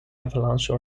avalanche